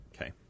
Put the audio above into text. Okay